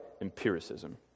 empiricism